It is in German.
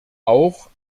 auch